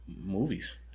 Movies